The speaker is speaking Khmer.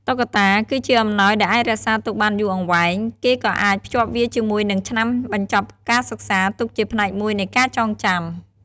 តុក្កតា គឺជាអំណោយដែលអាចរក្សាទុកបានយូរអង្វែង គេក៏អាចភ្ជាប់វាជាមួយនឹងឆ្នាំបញ្ចប់ការសិក្សា ទុកជាផ្នែកមួយនៃការចងចាំ។